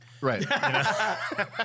Right